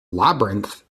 labyrinth